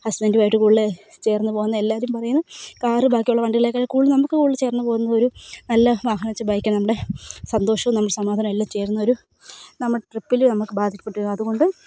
ഹസ്ബൻ്റുമായിട്ട് കൂടുതൽ ചേർന്നുപോകുന്ന എല്ലാവരും പറയുന്നു കാറ് ബാക്കിയുള്ള വണ്ടികളിലൊക്കെ കൂടുതൽ നമുക്ക് കൂടുതൽ ചേർന്നുപോകുന്ന ഒരു നല്ല വാഹനം വച്ചാൽ ബൈക്കാണ് നമ്മുടെ സന്തോഷവും നമ്മുടെ സമാധാനം എല്ലാം ചേർന്നൊരു നമ്മുടെ ട്രിപ്പിൽ നമുക്ക് ബാധിക്കപ്പെട്ടിരുന്നു അതുകൊണ്ട്